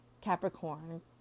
Capricorn